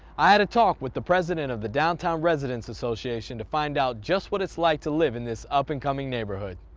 i had a talk with the president of the downtown residents association to find out just what it's like to live in the this up-and-coming neighborhood!